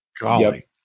Golly